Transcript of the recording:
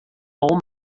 wol